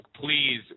Please